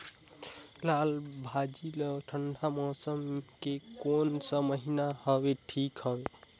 लालभाजी ला ठंडा मौसम के कोन सा महीन हवे ठीक हवे?